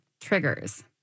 triggers